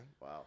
wow